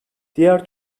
diğer